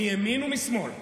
מימין ומשמאל,